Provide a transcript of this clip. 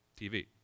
TV